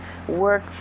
work